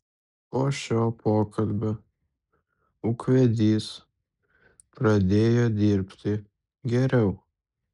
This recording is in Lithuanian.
po šio pokalbio ūkvedys pradėjo dirbti geriau